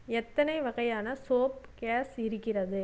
எத்தனை வகையான soap case இருக்கிறது